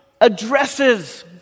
addresses